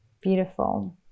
Beautiful